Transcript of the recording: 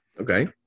Okay